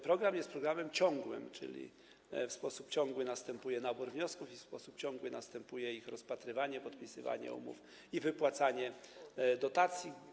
Program jest programem ciągłym, czyli w sposób ciągły następuje nabór wniosków i w sposób ciągły następuje ich rozpatrywanie, podpisywanie umów i wypłacanie dotacji.